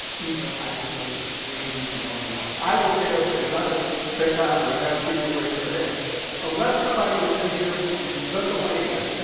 even iceland, sweden, and on and on. i would dare say i'm not going to take time to ask people raise their hands unless somebody is in here from lithuania,